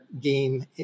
game